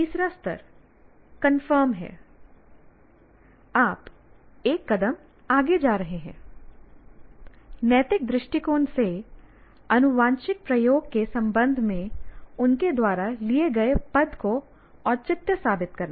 तीसरा स्तर कंफर्म है आप एक कदम आगे जा रहे हैं नैतिक दृष्टिकोण से आनुवांशिक प्रयोग के संबंध में उनके द्वारा लिए गए पद को औचित्य साबित करना